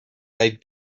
they